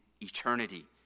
eternity